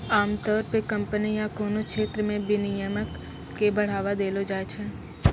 आमतौर पे कम्पनी या कोनो क्षेत्र मे विनियमन के बढ़ावा देलो जाय छै